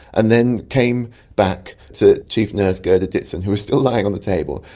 and then came back to chief nurse gerda ditzen who was still lying on the table.